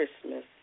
Christmas